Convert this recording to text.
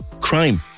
crime